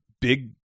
big